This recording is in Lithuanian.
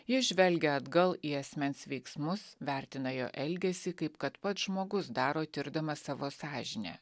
ji žvelgia atgal į asmens veiksmus vertina jo elgesį kaip kad pats žmogus daro tirdamas savo sąžinę